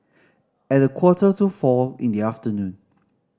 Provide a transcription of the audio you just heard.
at a quarter to four in the afternoon